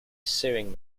sewing